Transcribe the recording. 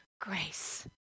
grace